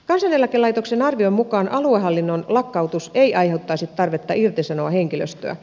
kansaneläkelaitoksen arvion mukaan aluehallinnon lakkautus ei aiheuttaisi tarvetta irtisanoa henkilöstöä